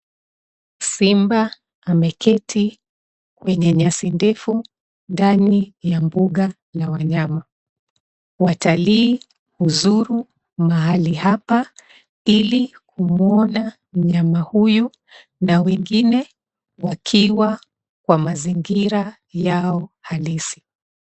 Simba ameketi kwenye nyasi ndefu ndani ya mbuga ya wanyama. Watalii huzuru mahali hapa ili kumwona mnyama huyu na wengine wakiwa kwa mazingira yao halisi.